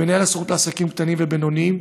מנהל הסוכנות לעסקים קטנים ובינוניים,